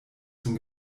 zum